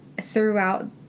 throughout